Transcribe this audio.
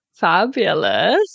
fabulous